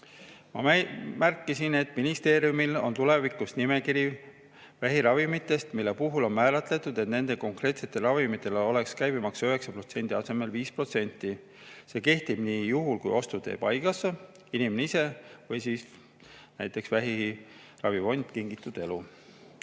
Ma märkisin, et ministeeriumil on tulevikus nimekiri vähiravimitest, mille puhul on määratletud, et nende konkreetsete ravimite puhul oleks käibemaks 9% asemel 5%. See kehtib juhul, kui ostu teeb haigekassa, inimene ise või siis näiteks vähiravifond Kingitud Elu.